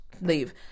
leave